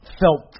felt